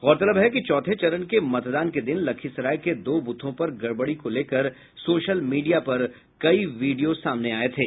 गौरतलब है कि चौथे चरण के मतदान के दिन लखीसराय के दो बूथों पर गडबडी को लेकर सोशल मीडिया पर कई वीडियो सामने आये थे